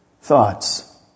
thoughts